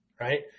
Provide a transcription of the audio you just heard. right